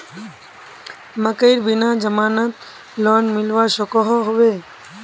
मकईर बिना जमानत लोन मिलवा सकोहो होबे?